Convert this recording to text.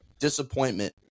disappointment